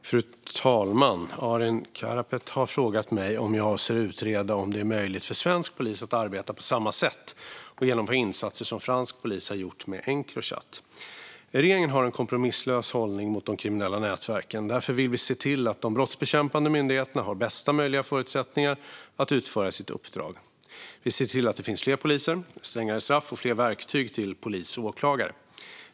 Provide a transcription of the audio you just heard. Fru talman! har frågat mig om jag avser att utreda om det är möjligt för svensk polis att arbeta på samma sätt och genomföra insatser som fransk polis gjort med Encrochat. Regeringen har en kompromisslös hållning mot de kriminella nätverken. Därför vill vi se till att de brottsbekämpande myndigheterna har bästa möjliga förutsättningar att utföra sina uppdrag. Vi ser till att det finns fler poliser, strängare straff och fler verktyg till polis och åklagare.